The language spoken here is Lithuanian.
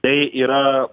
tai yra